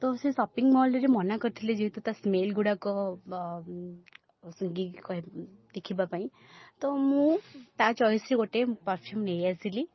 ତ ସେ ସପିଙ୍ଗ୍ ମଲ୍ରେ ମନା କରିଥିଲେ ଯେହେତୁ ତା' ସ୍ମେଲ୍ଗୁଡ଼ାକ ସୁଂଘିକି କହି ଦେଖିବାପାଇଁ ତ ମୁଁ ତା' ଚଏସ୍ରେ ଗୋଟେ ପରଫ୍ୟୁମ୍ ନେଇ ଆସିଲି